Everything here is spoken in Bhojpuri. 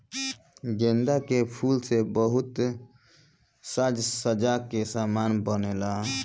गेंदा के फूल से बहुते साज सज्जा के समान बनेला